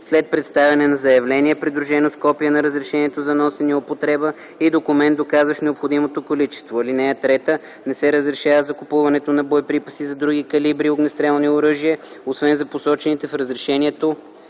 след представяне на заявление, придружено с копие на разрешението за носене и употреба и документ, доказващ необходимото количество. (3) Не се разрешава закупуването на боеприпаси за други калибри огнестрелни оръжия освен за посочените в разрешението